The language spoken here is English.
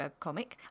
webcomic